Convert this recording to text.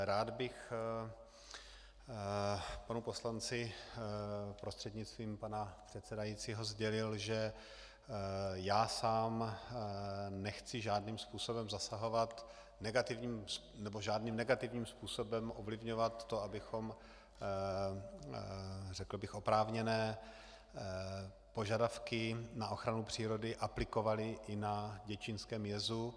Rád bych panu poslanci prostřednictvím pana předsedajícího sdělil, že já sám nechci žádným způsobem zasahovat nebo žádným negativním způsobem ovlivňovat to, abychom, řekl bych, oprávněné požadavky na ochranu přírody aplikovali i na děčínském jezu.